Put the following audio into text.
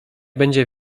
będzie